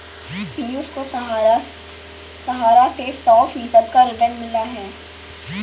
पियूष को सहारा से सौ फीसद का रिटर्न मिला है